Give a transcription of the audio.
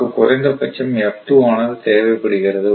நமக்கு குறைந்தபட்ச F2 ஆனது தேவைப்படுகிறது